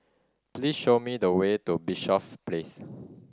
please show me the way to Bishops Place